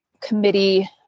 committee